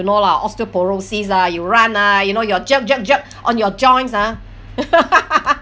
you know lah osteoporosis ah you run ah you know your jog jog jog on your joints ah